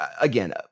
again